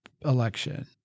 election